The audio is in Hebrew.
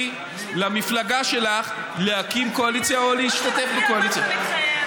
למפלגה שלך להקים קואליציה או להשתתף בקואליציה.